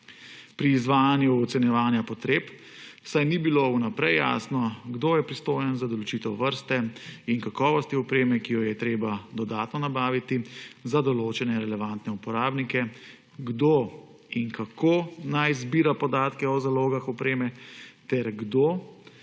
pri izvajanju ocenjevanja potreb, saj ni bilo vnaprej jasno, kdo je pristojen za določitev vrste in kakovosti opreme, ki jo je treba dodatno nabaviti za določene relevantne uporabnike, kdo in kako naj zbira podatke o zalogah opreme ter kdo